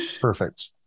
Perfect